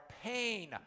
pain